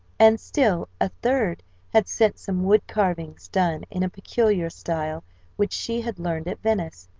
and still a third had sent some wood carvings done in a peculiar style which she had learned at venice.